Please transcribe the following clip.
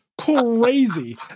crazy